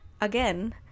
Again